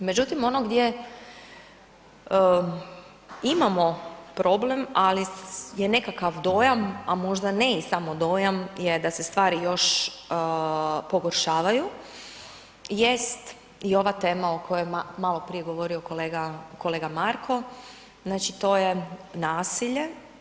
Međutim, ono gdje imamo problem, ali je nekakav dojam, a možda ne i samo dojam je da se stvari još pogoršavaju jest i ova tema o kojoj je maloprije govorio kolega Marko, znači to je nasilje.